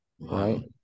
right